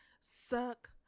suck